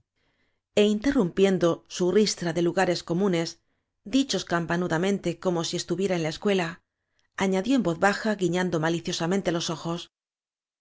criaturas interrumpiendo su ristra de lugares co munes dichos campanudamente como si es tuviera en la escuela añadió en voz baja gui ñando maliciosamente los ojos